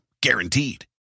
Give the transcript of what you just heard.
Guaranteed